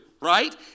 right